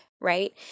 right